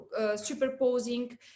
superposing